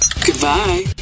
Goodbye